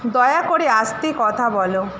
দয়া করে আস্তে কথা বলো